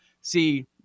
see